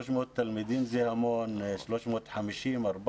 300 תלמידים זה המון, 350, 400,